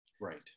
Right